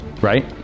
Right